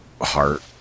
heart